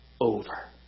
over